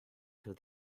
till